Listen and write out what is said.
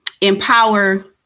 empower